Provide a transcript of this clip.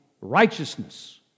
righteousness